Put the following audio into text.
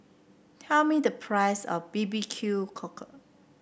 tell me the price of B B Q Cockle